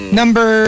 number